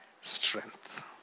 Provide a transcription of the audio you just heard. strength